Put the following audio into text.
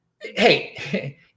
Hey